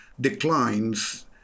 declines